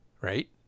right